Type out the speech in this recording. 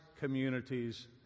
communities